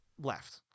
left